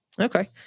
Okay